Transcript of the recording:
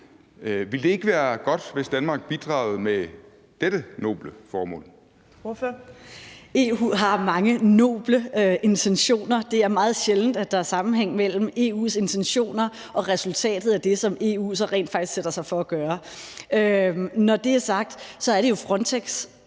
Ordføreren. Kl. 13:15 Pernille Vermund (NB): EU har mange noble intentioner. Det er meget sjældent, at der er sammenhæng mellem EU's intentioner og resultatet af det, som EU så rent faktisk sætter sig for at gøre. Når det er sagt, er det jo Frontex,